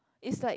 it's like